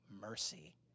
mercy